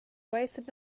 wasted